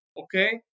okay